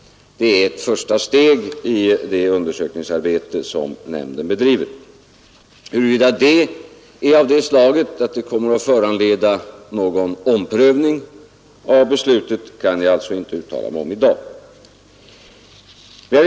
Detta är ett första steg i det undersökningsarbete som nämnden bedriver. Huruvida det är av sådant slag att det kommer att föranleda någon omprövning av beslutet kan jag inte uttala mig om i dag.